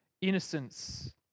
innocence